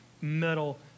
metal